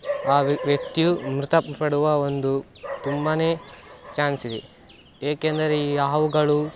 ಆ ವ್ಯಕ್ತಿಯು ಮೃತ ಪಡುವ ಒಂದು ತುಂಬಾ ಚಾನ್ಸಿದೆ ಏಕೆಂದರೆ ಈ ಹಾವುಗಳು